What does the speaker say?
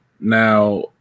Now